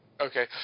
Okay